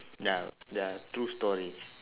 ya they are true story